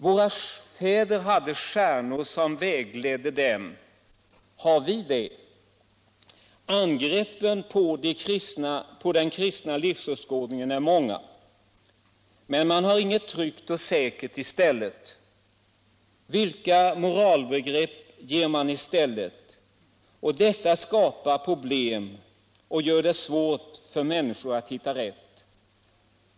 Våra fäder hade stjärnor som vägledde dem. Har vi det? Angreppen på den kristna livsåskådningen är många. Men man har inget tryggt och säkert i stället. Detta skapar problem och gör det svårt för människor Allmänpolitisk debatt Allmänpolitisk debatt att hitta rätt. Vilka moralbegrepp ger man i stället?